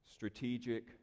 Strategic